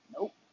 Nope